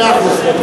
מאה אחוז.